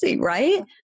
right